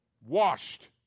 Washed